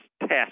test